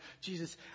Jesus